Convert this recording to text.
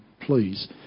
please